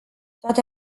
toate